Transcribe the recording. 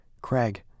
Craig